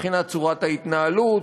מבחינת צורת ההתנהלות.